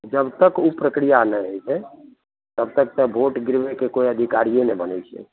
जबतक ओ प्रक्रिआ नहि होइ छै तबतक तऽ भोट गिरबैके कोइ अधिकारिए नहि बनै छै